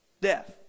Death